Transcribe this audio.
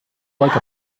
like